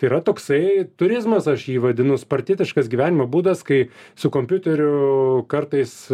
tai yra toksai turizmas aš jį vadinu spartietiškas gyvenimo būdas kai su kompiuteriu kartais